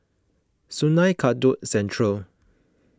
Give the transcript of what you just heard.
Sungei Kadut Central